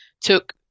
took